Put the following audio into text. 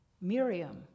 Miriam